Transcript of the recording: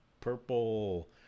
purple